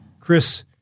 Chris